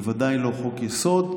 בוודאי לא חוק-יסוד,